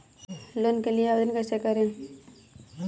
Loan के लिए आवेदन कैसे करें?